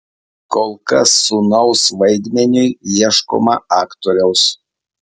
kol kas sūnaus vaidmeniui ieškoma aktoriaus